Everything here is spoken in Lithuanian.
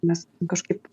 nes kažkaip